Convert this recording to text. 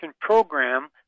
Program